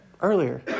earlier